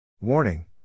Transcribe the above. Warning